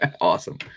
Awesome